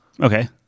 Okay